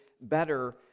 better